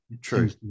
true